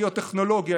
ביוטכנולוגיה,